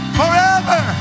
forever